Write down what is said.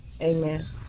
Amen